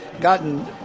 gotten